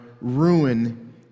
ruin